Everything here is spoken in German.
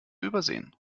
übersehen